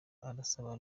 arasaba